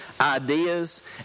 ideas